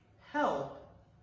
help